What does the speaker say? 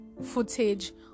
footage